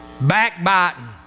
backbiting